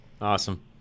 Awesome